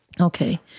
Okay